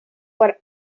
por